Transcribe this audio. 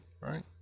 right